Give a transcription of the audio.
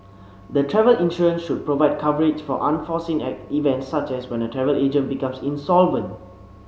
the travel insurance should provide coverage for unforeseen at event such as when a travel agent becomes insolvent